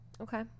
Okay